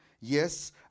yes